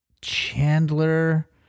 Chandler